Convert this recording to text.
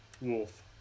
wolf